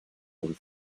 und